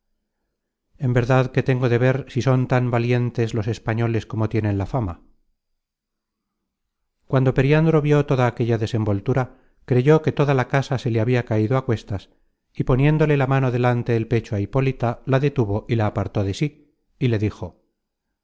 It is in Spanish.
en verdad que tengo de ver si son tan valientes los españoles como tienen la fama cuando periandro vió toda aquella desenvoltura creyó que toda la casa se le habia caido á cuestas y poniéndole la mano delante el pecho á hipólita la detuvo y la apartó de sí y le dijo